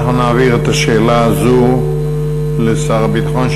אנחנו נעביר את השאלה הזאת לשר הביטחון.